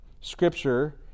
Scripture